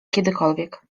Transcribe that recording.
kiedykolwiek